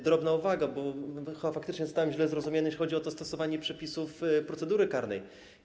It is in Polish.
Drobna uwaga, bo chyba faktycznie zostałem źle zrozumiany, jeżeli chodzi o stosowanie przepisów procedury karnej.